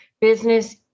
business